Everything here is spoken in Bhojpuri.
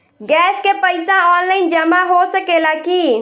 गैस के पइसा ऑनलाइन जमा हो सकेला की?